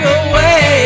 away